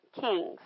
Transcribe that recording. kings